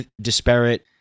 disparate